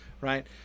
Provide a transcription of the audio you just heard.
right